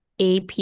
ap